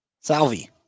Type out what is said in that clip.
Salvi